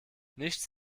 nichts